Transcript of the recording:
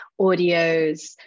audios